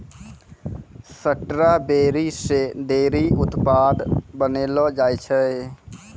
strawberry से ढेरी उत्पाद बनैलो जाय छै